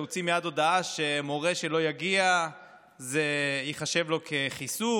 שהוציא מייד הודעה שמורה שלא יגיע זה ייחשב לו כחיסור